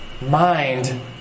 mind